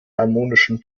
harmonischen